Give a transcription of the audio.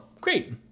great